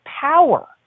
power